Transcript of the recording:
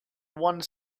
one